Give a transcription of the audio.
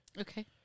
Okay